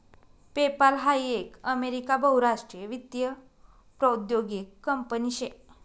PayPal हाई एक America बहुराष्ट्रीय वित्तीय प्रौद्योगीक कंपनी शे